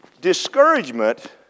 discouragement